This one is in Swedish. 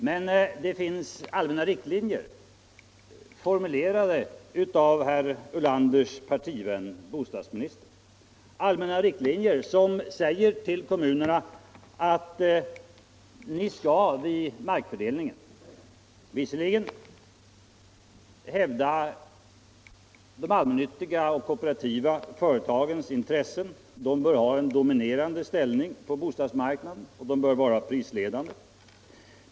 Men det finns allmänna riktlinjer, formulerade av herr Ulanders partivän bostadsministern, vilka säger att kommunerna vid markfördelningen visserligen skall hävda de allmännyttiga och kooperativa företagens intressen, ha en dominerande ställning på bostadsmarknaden och vara prisledande.